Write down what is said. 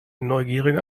neugierige